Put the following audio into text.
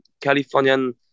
Californian